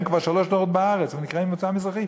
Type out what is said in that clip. הם כבר שלושה דורות בארץ ונקראים "ממוצא מזרחי",